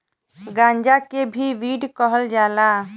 गांजा के भी वीड कहल जाला